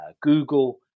Google